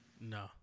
no